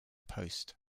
post